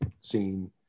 seen